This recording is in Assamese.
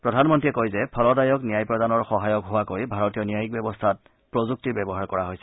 প্ৰধানমন্ত্ৰীয়ে কয় যে ফলদায়ক ন্যায় প্ৰদানৰ সহায়ক হোৱাকৈ ভাৰতীয় ন্যায়িক ব্যৱস্থাত প্ৰযুক্তিৰ ব্যৱহাৰ কৰা হৈছে